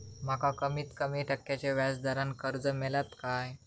माका कमीत कमी टक्क्याच्या व्याज दरान कर्ज मेलात काय?